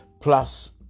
plus